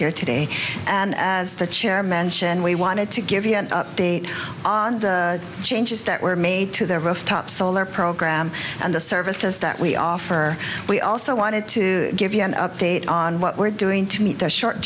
here today and as the chair mention we wanted to give you an update on the changes that were made to their roof top solar program and the services that we offer we also wanted to give you an update on what we're doing to meet the short